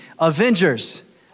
Avengers